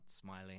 smiling